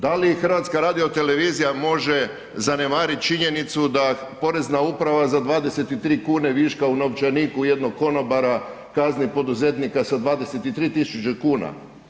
Da li HRT može zanemariti činjenicu da Porezna uprava za 23 kuna viška u novčaniku jednog konobara, kazni poduzetnika sa 23 000 kuna?